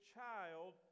child